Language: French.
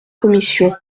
commission